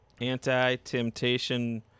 anti-temptation